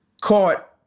caught